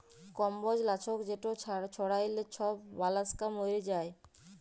কম্বজ লাছক যেট ছড়াইলে ছব মলাস্কা মইরে যায়